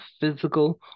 physical